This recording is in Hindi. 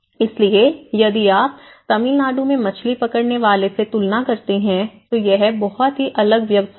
इसलिए यदि आप तमिलनाडु में मछली पकड़ने वाले से तुलना करते हैं तो यह बहुत ही अलग व्यवसाय है